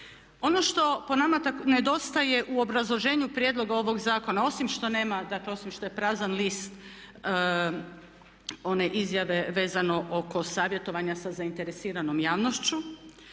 Ono što po nama nedostaje u obrazloženju prijedloga ovoga zakona osim što nema, osim što je prazan list one izjave vezano oko savjetovanja sa zainteresiranom javnošću.